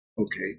okay